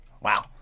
Wow